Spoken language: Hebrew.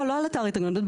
לא על אתר הגננות.